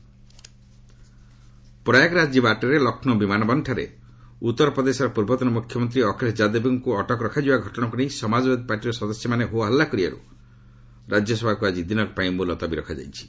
RS adjourn Prayagraj ଯିବା ବାଟରେ ଲକ୍ଷ୍ନୌ ବିମାନ ବନ୍ଦରଠାରେ ଉତ୍ତରପ୍ରଦେଶର ପ୍ରର୍ବତନ ମୁଖ୍ୟମନ୍ତ୍ରୀ ଅଖିଳେଶ ଯାଦବଙ୍କୁ ଅଟକ ରଖାଯିବା ଘଟଣାକୁ ନେଇ ସମାଜବାଦୀ ପାର୍ଟିର ସଦସ୍ୟମାନେ ହୋହାଲ୍ଲା କରିବାରୁ ରାଜ୍ୟସଭାକୁ ଆଜି ଦିନକ ପାଇଁ ମୁଲତବି ରଖାଯାଇଛି